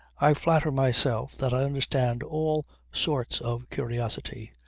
i flatter myself that i understand all sorts of curiosity.